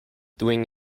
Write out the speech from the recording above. doing